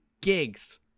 gigs